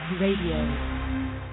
Radio